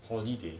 holiday